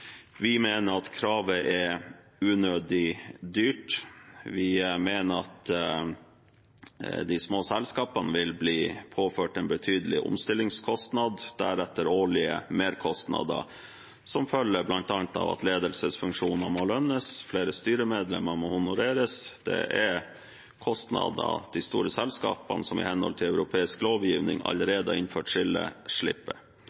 Vi mener at kravet er unødig dyrt, vi mener at de små selskapene vil bli påført en betydelig omstillingskostnad, og deretter årlige merkostnader som følger bl.a. av at ledelsesfunksjoner må lønnes og flere styremedlemmer må honoreres. Det er kostnader de store selskapene, som i henhold til europeisk lovgivning allerede har innført skille, slipper.